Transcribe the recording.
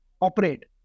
operate